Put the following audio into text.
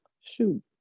Shoot